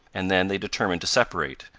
and then they determined to separate,